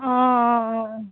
অঁ অঁ অঁ অঁ